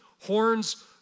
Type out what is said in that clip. Horns